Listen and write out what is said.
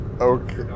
Okay